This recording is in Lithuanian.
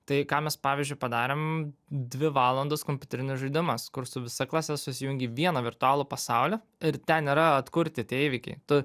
tai ką mes pavyzdžiui padarėm dvi valandos kompiuterinis žaidimas kur su visa klase susijungi į vieną virtualų pasaulį ir ten yra atkurti tie įvykiai tu